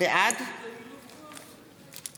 בעד